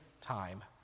time